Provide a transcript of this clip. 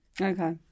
Okay